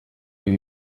ibi